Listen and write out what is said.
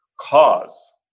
cause